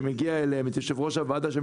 יו"ר הוועדה,